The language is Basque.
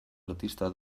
artista